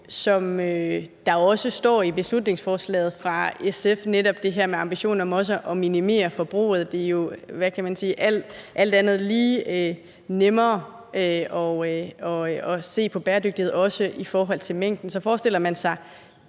som der også står i beslutningsforslaget fra SF, om netop det her med ambitionen om også at minimere forbruget. Det er jo alt andet lige nemmere at se på bæredygtighed også i forhold til mængden. Så forestiller man sig